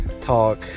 talk